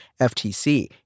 FTC